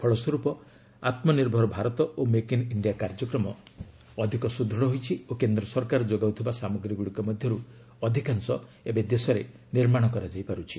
ଫଳସ୍ୱରୂପ ଆତ୍ମନିର୍ଭର ଭାରତ ଓ ମେକ୍ ଇନ୍ ଇଣ୍ଡିଆ କାର୍ଯ୍ୟକ୍ରମ ମଧ୍ୟ ଅଧିକ ସୁଦୂଢ଼ ହୋଇଛି ଓ କେନ୍ଦ୍ର ସରକାର ଯୋଗାଉଥିବା ସାମଗ୍ରୀଗୁଡ଼ିକ ମଧ୍ୟରୁ ଅଧିକାଂଶ ଏବେ ଦେଶରେ ନିର୍ମାଣ କରାଯାଇ ପାରୁଛି